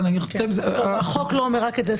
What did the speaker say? ואני אגיד לך יותר מזה --- החוק לא אומר רק את זה,